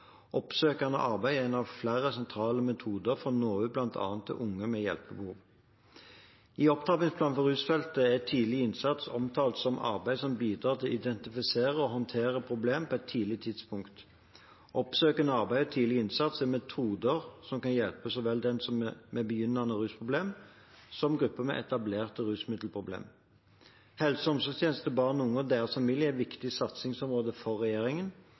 Oppsøkende arbeid er en av flere sentrale metoder for å nå ut til bl.a. unge med hjelpebehov. I opptrappingsplanen for rusfeltet er tidlig innsats omtalt som arbeid som bidrar til å identifisere og håndtere et problem på et tidlig tidspunkt. Oppsøkende arbeid og tidlig innsats er metoder som kan hjelpe så vel de med begynnende rusproblemer som gruppen med etablerte rusmiddelproblemer. Helse- og omsorgstjenester til barn og unge og deres familier er et viktig satsingsområde for regjeringen.